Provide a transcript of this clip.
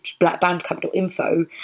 blackbandcamp.info